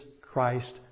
Christ